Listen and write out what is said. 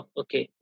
okay